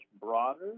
broader